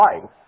life